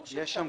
יש שם